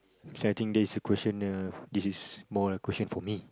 so I think this question uh this is more a question for me